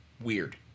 Weird